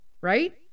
right